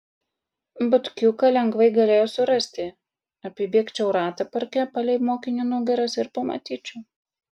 butkiuką lengvai galėjau surasti apibėgčiau ratą parke palei mokinių nugaras ir pamatyčiau